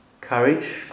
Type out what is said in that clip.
courage